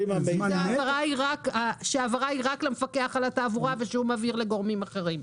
שההעברה היא רק למפקח על התעבורה והוא מעביר לגורמים אחרים.